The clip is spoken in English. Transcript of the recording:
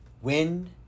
Win